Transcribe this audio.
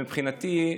מבחינתי,